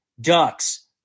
Ducks